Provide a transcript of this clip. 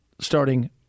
starting